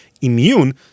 immune